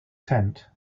tent